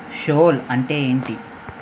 shawl అంటే ఏంటి